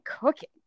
cooking